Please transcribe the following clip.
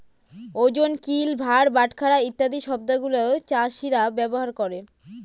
ওজন, কিল, ভার, বাটখারা ইত্যাদি শব্দগুলা চাষীরা ব্যবহার করে